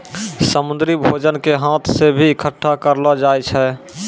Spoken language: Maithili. समुन्द्री भोजन के हाथ से भी इकट्ठा करलो जाय छै